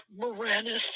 Moranis